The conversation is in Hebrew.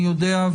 אני יודע,